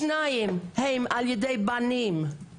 שניים הם על ידי בנים.